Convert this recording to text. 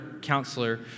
counselor